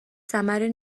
ثمری